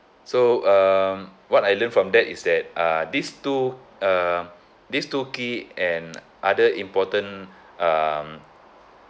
so um what I learned from that is that uh these two uh these two key and other important um